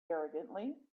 arrogantly